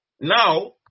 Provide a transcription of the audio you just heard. Now